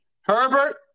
Herbert